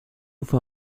for